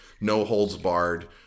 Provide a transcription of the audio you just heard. no-holds-barred